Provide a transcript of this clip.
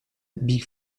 big